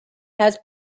has